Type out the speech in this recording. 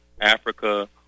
Africa